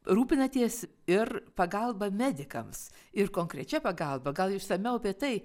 rūpinatės ir pagalba medikams ir konkrečia pagalba gal išsamiau apie tai